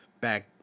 Back